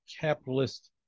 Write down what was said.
capitalist